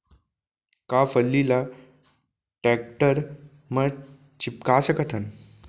का फल्ली ल टेकटर म टिपका सकथन?